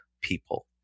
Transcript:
people